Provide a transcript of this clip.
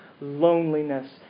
loneliness